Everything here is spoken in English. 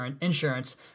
insurance